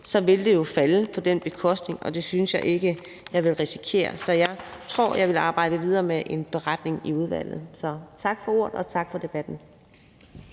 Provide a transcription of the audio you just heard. vil det jo falde på den bekostning, og det synes jeg ikke jeg vil risikere. Så jeg tror, jeg vil arbejde videre med en beretning i udvalget. Så tak for ordet, og tak for debatten.